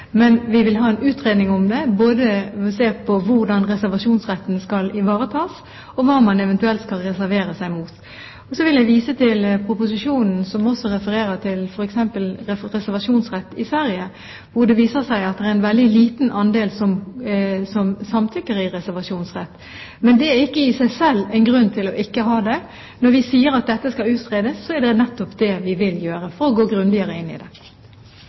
Men vi vil ha en utredning om det, både for å se på hvordan reservasjonsretten skal ivaretas og hva man eventuelt skal reservere seg mot. Så vil jeg vise til proposisjonen, som også refererer til f.eks. reservasjonsrett i Sverige, hvor det viser seg at det er en veldig liten andel som samtykker i reservasjonsrett. Men det er ikke i seg selv en grunn til ikke å ha det. Når vi sier at dette skal utredes, vil vi nettopp gjøre det for å gå grundigere inn i det.